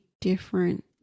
different